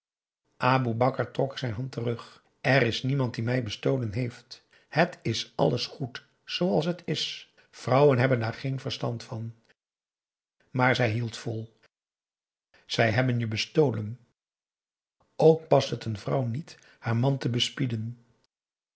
aboe bakar trok zijn hand terug er is niemand die mij bestolen heeft het is alles goed zooals het is vrouwen hebben daar geen verstand van maar zij hield vol zij hebben je bestolen ook past het een vrouw niet haar man te bespieden